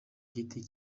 giti